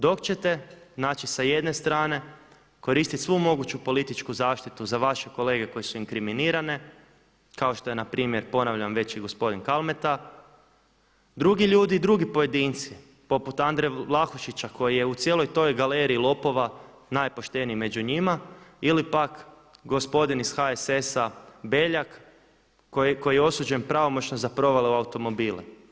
Dok ćete znači sa jedne strane koristiti svu moguću političku zaštitu za vaše kolege koje su inkriminirane kao što je npr. ponavljam već i gospodin Kalmeta, drugi ljudi drugi pojedinci poput Andre Vlahušića koji je u cijeloj toj galeriji lopova najpošteniji među njima ili pak gospodin iz HSS-a Beljak koji je osuđen pravomoćno za provale u automobile.